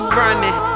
running